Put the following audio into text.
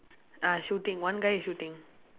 ah shooting one guy is shooting